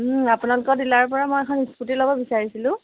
আপোনালোকৰ ডিলাৰ পৰা মই এখন ইস্কুটি ল'ব বিচাৰিছিলোঁ